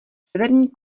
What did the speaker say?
severní